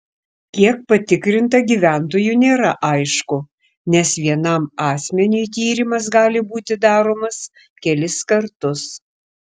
kiek patikrinta gyventojų nėra aišku nes vienam asmeniui tyrimas gali būti daromas kelis kartus